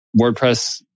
WordPress